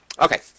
Okay